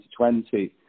2020